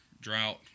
drought